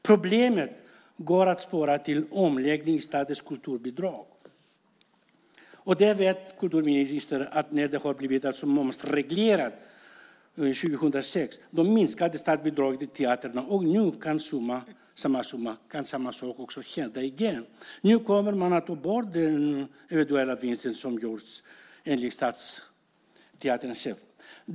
Problemet går att spåra till omläggningar i statens kulturbidrag. Kulturministern vet att när det blev momsreglerat 2006 minskade statsbidraget till teatrarna, och nu kan samma sak också hända igen. Nu kommer man att ta bort den eventuella vinst som har gjorts, enligt stadsteaterns chef.